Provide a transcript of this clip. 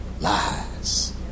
Lies